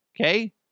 Okay